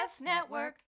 network